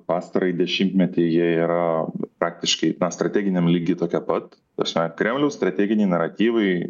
pastarąjį dešimtmetį jie yra praktiškai na strateginiam lygiai tokie pat ta prasme kremliaus strateginiai naratyvai